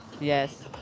Yes